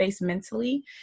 mentally